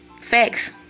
Facts